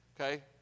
okay